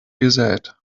gesät